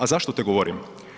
A zašto to govorim?